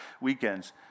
weekends